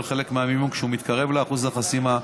חלק מהמימון כשהוא מתקרב לאחוז החסימה,